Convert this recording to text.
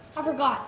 i forgot